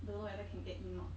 don't know whether can get in not